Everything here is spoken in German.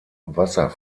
wasser